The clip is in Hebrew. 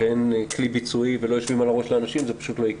ואין כלי ביצועי ולא יושבים על הראש לאנשים זה פשוט לא יקרה.